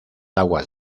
aguas